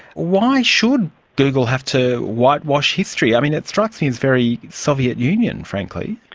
why should google have to whitewash history? i mean, it strikes me as very soviet union, frankly.